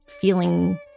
feeling